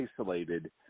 isolated